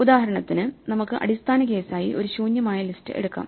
ഉദാഹരണത്തിന് നമുക്ക് അടിസ്ഥാന കേസായി ഒരു ശൂന്യമായ ലിസ്റ്റ് എടുക്കാം